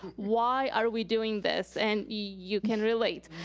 why are we doing this? and you can relate.